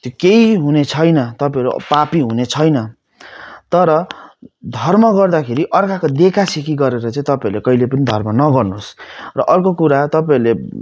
त्यो केही हुने छैन तपाईँहरू पापी हुने छैन तर धर्म गर्दाखेरि अर्काको देखासेखी गरेर चाहिँ तपाईँहरूले कहिले पनि धर्म नगर्नु होस् र अर्को कुरा तपाईँहरूले